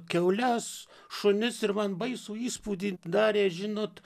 kiaules šunis ir man baisų įspūdį darė žinot